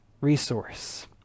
resource